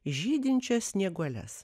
žydinčias snieguoles